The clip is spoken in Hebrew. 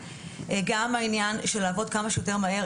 גם העניין של לעבוד כמה שיותר מהר,